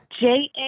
J-A-